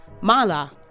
Mala